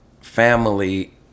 family